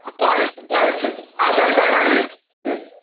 अस्तु आगच्छन्तु आगच्छन्तु आधार् कार्ड् आनयतु